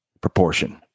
Proportion